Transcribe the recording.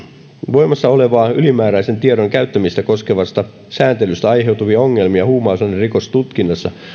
voimassa olevasta ylimääräisen tiedon käyttämistä koskevasta sääntelystä aiheutuvia ongelmia huumausainerikostutkinnassa